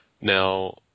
Now